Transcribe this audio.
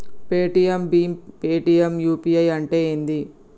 Paytm భీమ్ Paytm UPI అంటే ఏంది?